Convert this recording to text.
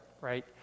right